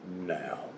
now